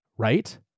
Right